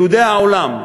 יהודי העולם נרתמים,